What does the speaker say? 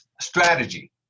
Strategy